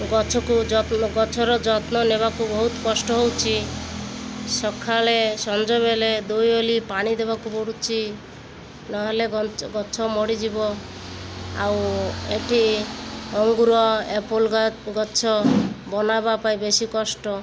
ଗଛକୁ ଯତ୍ନ ଗଛର ଯତ୍ନ ନେବାକୁ ବହୁତ କଷ୍ଟ ହେଉଛି ସକାଳେ ସଞ୍ଜବେଳେ ଦୁଇ ଅଳି ପାଣି ଦେବାକୁ ପଡ଼ୁଛିି ନହେଲେ ଗଛ ମରିଯିବ ଆଉ ଏଠି ଅଙ୍ଗୁର ଏପୁଲ୍ ଗଛ ବନାବା ପାଇଁ ବେଶି କଷ୍ଟ